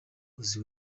uzi